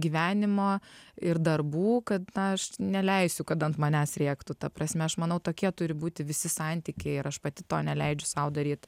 gyvenimo ir darbų kad na aš neleisiu kad ant manęs rėktų ta prasme aš manau tokie turi būti visi santykiai ir aš pati to neleidžiu sau daryt